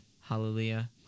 Hallelujah